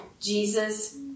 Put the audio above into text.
Jesus